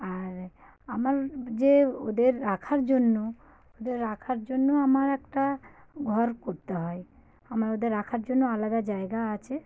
আর আমার যে ওদের রাখার জন্য ওদের রাখার জন্য আমার একটা ঘর করতে হয় আমার ওদের রাখার জন্য আলাদা জায়গা আছে